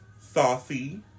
Saucy